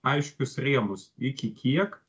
aiškius rėmus iki kiek